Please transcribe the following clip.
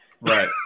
Right